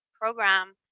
program